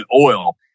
oil